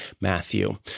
Matthew